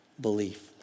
belief